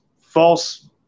false